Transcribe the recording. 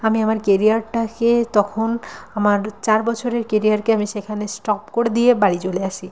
আমি আমার কেরিয়ারটাকে তখন আমার চার বছরের কেরিয়ারকে আমি সেখানে স্টপ করে দিয়ে বাড়ি চলে আসি